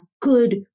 good